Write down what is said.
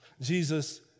Jesus